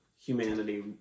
humanity